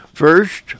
First